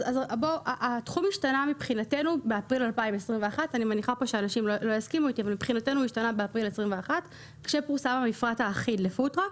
התחום השתנה מבחינתנו באפריל 2021 כאשר פורסם המפרט האחיד לפוד-טראק,